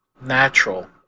natural